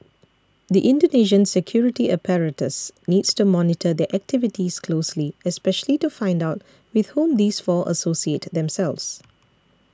the Indonesian security apparatus needs to monitor their activities closely especially to find out with whom these four associate themselves